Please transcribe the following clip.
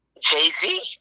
Jay-Z